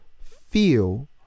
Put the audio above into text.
feel